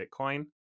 Bitcoin